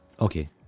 Okay